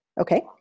Okay